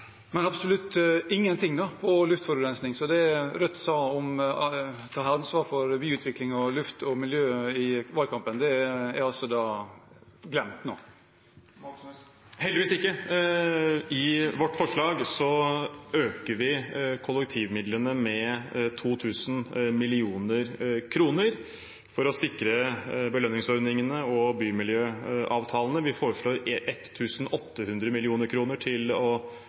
Men absolutt ingenting når det gjelder luftforurensing – så det Rødt sa i valgkampen om å ta ansvar for byutvikling og luft og miljø, er altså glemt nå. Heldigvis ikke, i vårt forslag øker vi kollektivmidlene med 2 000 mill. kr for å sikre belønningsordningene og bymiljøavtalene. Vi foreslår 1 800 mill. kr til å